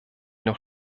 noch